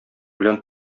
белән